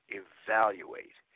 evaluate